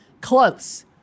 close